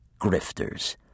grifters